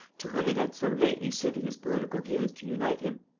to whom it had so lately suited his political views to unite him.